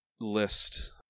list